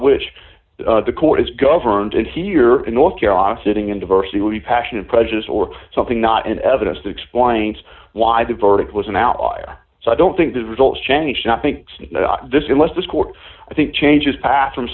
which the court is governed and here in north carolina sitting in diversity passion and prejudice or something not in evidence that explains why the verdict was an outlier so i don't think the results changed i think this is less this court i think changes path from